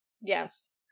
Yes